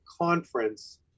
conference